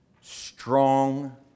Strong